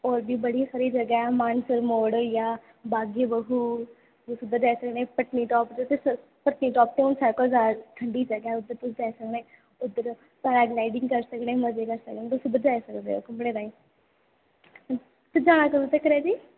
होर बी बड़ी सारियां जगह न मानसर मोड़ होइया बाग ए बाहु पत्नीटॉप पत्नीटॉप इत्थें दी सब तू ठंडी जगह ऐ उत्थें तुस जाई सकने तुस बाईक राईडिंग करने ई उद्धर जाई सकने घुम्मनै ताहीं तुस जा दे कदूं तगर भी